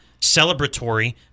celebratory